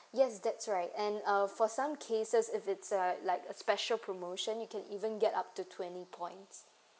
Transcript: yes that's right and uh for some cases if it's uh like a special promotion you can even get up to twenty points